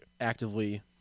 actively